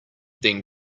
then